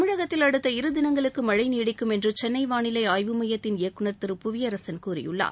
தமிழகத்தில் அடுத்த இரு தினங்களுக்கு மழை நீடிக்கும் என்று சென்னை வாளிலை ஆய்வு மையத்தின் இயக்குநர் திரு புவியரசன் கூறியுள்ளார்